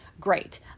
great